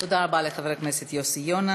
תודה לחבר הכנסת יוסי יונה.